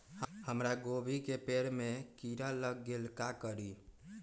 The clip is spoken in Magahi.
हमरा गोभी के पेड़ सब में किरा लग गेल का करी?